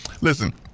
Listen